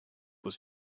was